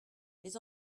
les